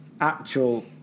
actual